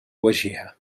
وجهها